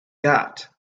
got